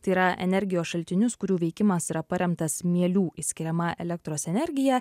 tai yra energijos šaltinius kurių veikimas yra paremtas mielių išskiriama elektros energija